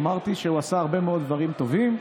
אני אמרתי שהוא עשה הרבה מאוד דברים טובים.